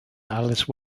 alice